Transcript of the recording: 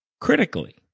critically